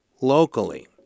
locally